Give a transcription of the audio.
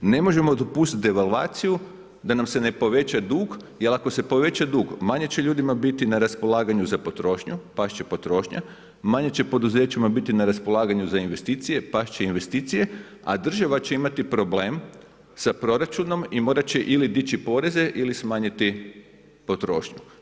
Ne možemo dopustiti devalvaciju da nam se ne poveća dug jer ako se poveća dug, manje će ljudima biti na raspolaganju za potrošnju, past će potrošnja, manje će poduzećima biti na raspolaganju za investicije, pasti će investicije, a država će imati problem sa proračunom i morati će ili dići poreze ili smanjiti potrošnju.